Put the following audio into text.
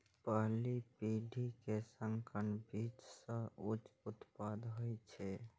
पहिल पीढ़ी के संकर बीज सं उच्च उत्पादन होइ छै